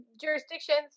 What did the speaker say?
jurisdictions